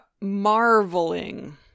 Marveling